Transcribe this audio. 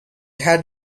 had